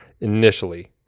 initially